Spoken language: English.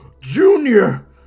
Junior